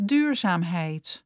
Duurzaamheid